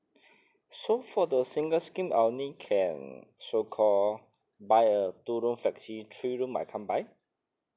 so for the single scheme I only can so call buy a two room flexi three room I can't buy